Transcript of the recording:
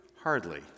Hardly